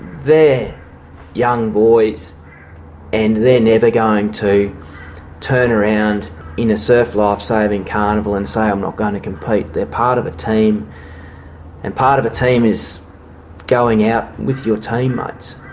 they're young boys and they're never going to turn around in a surf lifesaving carnival and say, i'm not going to compete. they're part of a team and part of a team is going out with your teammates.